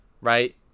right